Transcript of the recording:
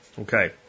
Okay